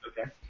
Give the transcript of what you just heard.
Okay